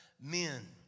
men